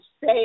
say